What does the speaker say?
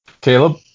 Caleb